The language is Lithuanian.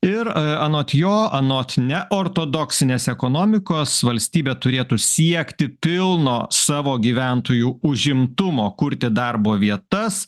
ir anot jo anot neortodoksinės ekonomikos valstybė turėtų siekti pilno savo gyventojų užimtumo kurti darbo vietas